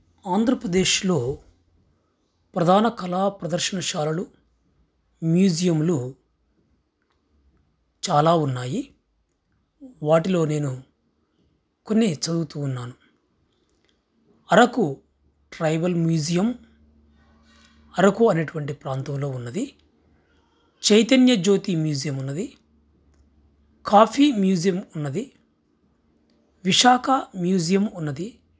ఆంధ్రప్రదేశ్లో ప్రధాన కళా ప్రదర్శనశాలలు మ్యూజియంలు చాలా ఉన్నాయి వాటిలో నేను కొన్ని చదువుతూ ఉన్నాను అరకు ట్రైబల్ మ్యూజియం అరకు అనేటువంటి ప్రాంతంలో ఉన్నది చైతన్య జ్యోతి మ్యూజియం ఉన్నది కాఫీ మ్యూజియం ఉన్నది విశాఖ మ్యూజియం ఉన్నది